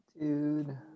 dude